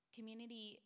Community